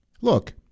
Look